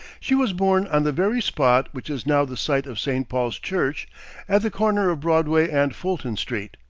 she was born on the very spot which is now the site of st. paul's church at the corner of broadway and fulton street,